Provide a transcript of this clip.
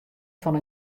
fan